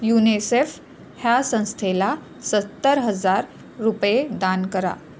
UNICEF ह्या संस्थेला सत्तर हजार रुपये दान करा